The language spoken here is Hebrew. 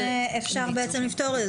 אפשר בעצם לפתור את זה,